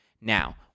Now